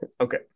Okay